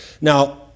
Now